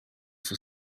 for